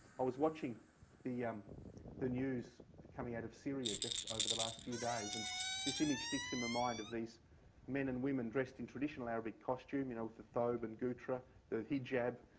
i was watching the um the news coming out of syria just over the last few days. and this image sticks in my mind of these men and women dressed in traditional arabic costume you know, with the thobe and gutra the hijab,